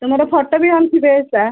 ତମର ଫୋଟୋ ବି ଆଣଥିବେ ଏସା